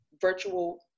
virtual